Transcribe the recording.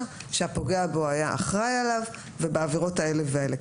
שהפוגע בו היה אחראי עליו ובעבירות האלה והאלה.